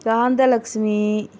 காந்த லட்சுமி